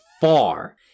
far